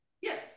Yes